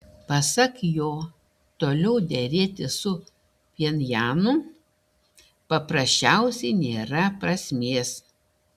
pasak jo toliau derėtis su pchenjanu paprasčiausiai nėra prasmės